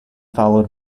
followed